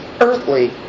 earthly